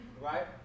right